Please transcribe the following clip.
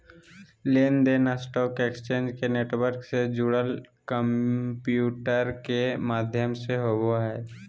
लेन देन stock exchange के network से जुड़ल कंम्प्यूटर के माध्यम से होबो हइ